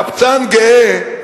קבצן גאה,